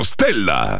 Stella